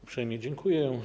Uprzejmie dziękuję.